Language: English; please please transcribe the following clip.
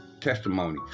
testimony